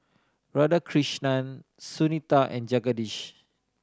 Radhakrishnan Sunita and Jagadish